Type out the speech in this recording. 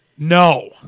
No